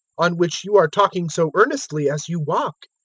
on which you are talking so earnestly, as you walk?